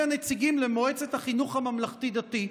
הנציגים למועצת החינוך הממלכתי-דתי,